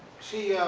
she